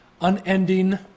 unending